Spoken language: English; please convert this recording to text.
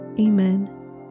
Amen